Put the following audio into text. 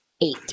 eight